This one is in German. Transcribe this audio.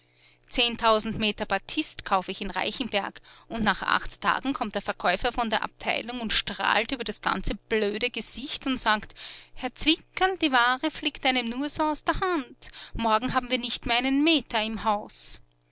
zehntausend meter batist kauf ich in reichenberg und nach acht tagen kommt der verkäufer von der abteilung und strahlt über das ganze blöde gesicht und sagt herr zwickerl die ware fliegt einem nur so aus der hand morgen haben wir nicht mehr einen meter im haus